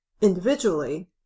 individually